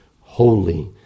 holy